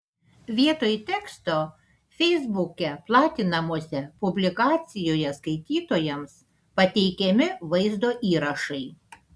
vietoj teksto feisbuke platinamose publikacijoje skaitytojams pateikiami vaizdo įrašai